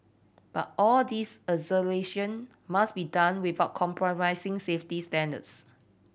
but all this acceleration must be done without compromising safety standards